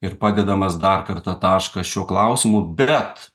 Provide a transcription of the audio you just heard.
ir padedamas dar kartą tašką šiuo klausimu bet